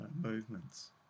movements